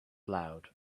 loud